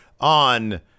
on